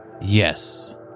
Yes